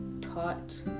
taught